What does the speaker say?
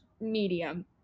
medium